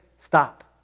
stop